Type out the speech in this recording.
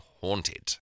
haunted